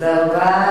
תודה רבה.